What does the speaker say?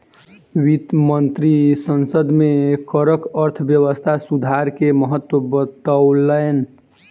वित्त मंत्री संसद में करक अर्थव्यवस्था सुधार के महत्त्व बतौलैन